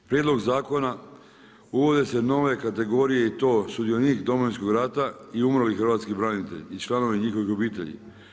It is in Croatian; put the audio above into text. Prijedlog zakona, uvode se nove kategorije i to sudionik Domovinskog rata i umrli hrvatski branitelj i članovi njihove obitelji.